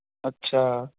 ਅੱਛਾ